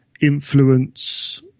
influence